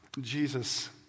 Jesus